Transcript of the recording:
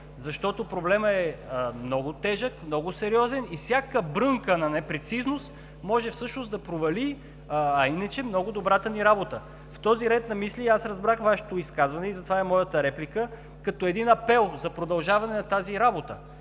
Защото проблемът е много тежък, много сериозен и всяка брънка на непрецизност може всъщност да провали иначе много добрата ни работа. В този ред на мисли, разбрах Вашето изказване и затова е моята реплика като един апел за продължаване на тази работа.